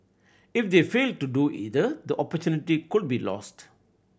if they fail to do either the opportunity could be lost